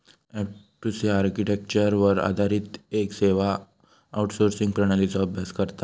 F two C आर्किटेक्चरवर आधारित येक सेवा आउटसोर्सिंग प्रणालीचो अभ्यास करता